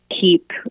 keep